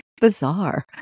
bizarre